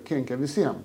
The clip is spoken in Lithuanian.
kenkia visiem